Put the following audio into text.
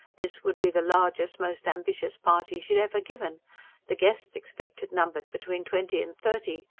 this would be the largest, most ambitious party she had ever given the guests expected numbered between twenty and thirty,